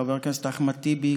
חבר הכנסת אחמד טיבי,